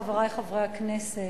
חברי חברי הכנסת,